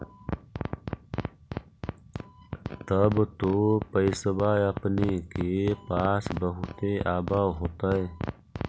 तब तो पैसबा अपने के पास बहुते आब होतय?